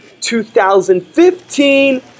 2015